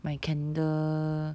买 candle